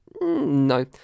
No